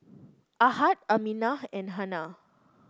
Ahad Aminah and Hana